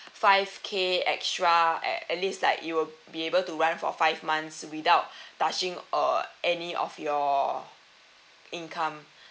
five K extra at at least lah you will be able to run for five months without touching uh any of your income